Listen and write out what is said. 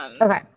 Okay